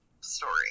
story